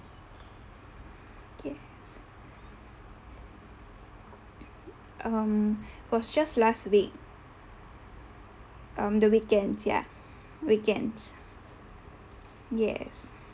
K um it was just last week um the weekends ya weekends yes